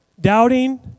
Doubting